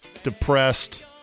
depressed